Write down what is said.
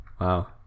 Wow